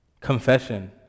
Confession